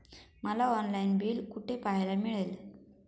मला online bill कुठे पाहायला मिळेल?